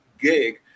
gig